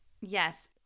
Yes